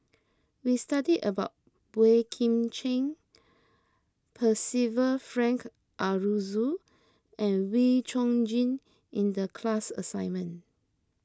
we studied about Boey Kim Cheng Percival Frank Aroozoo and Wee Chong Jin in the class assignment